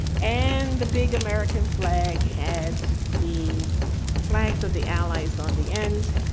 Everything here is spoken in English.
and the big american flag had the flags of the allies on the end,